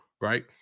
right